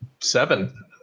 Seven